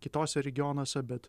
kitose regionuose bet